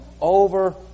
over